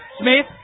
Smith